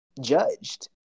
judged